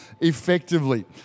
effectively